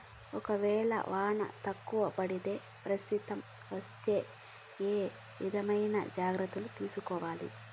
ఒక వేళ వాన తక్కువ పడే పరిస్థితి వస్తే ఏ విధమైన జాగ్రత్తలు తీసుకోవాలి?